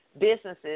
businesses